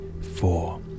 four